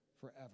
forever